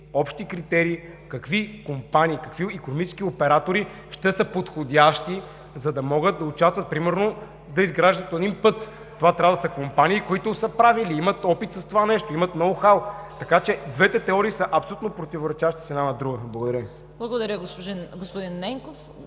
общи критерии какви компании какви икономически оператори ще са подходящи, за да могат да участват примерно да изграждат път. Това трябва да са компании, които са правили, имат опит с това нещо, имат ноу хау. Така че двете теории са абсолютно противоречащи си една на друга. Благодаря Ви.